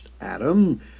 Adam